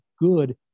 good